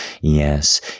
yes